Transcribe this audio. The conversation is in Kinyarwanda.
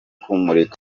kumurika